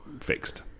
fixed